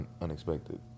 unexpected